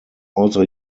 also